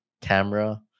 camera